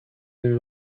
bir